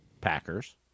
Packers